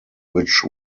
which